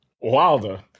Wilder